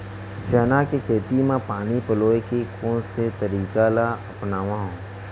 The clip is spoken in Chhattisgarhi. चना के खेती म पानी पलोय के कोन से तरीका ला अपनावव?